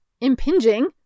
impinging